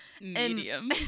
Medium